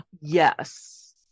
yes